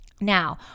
Now